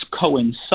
coincide